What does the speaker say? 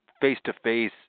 face-to-face